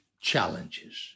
challenges